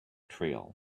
trail